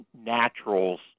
naturals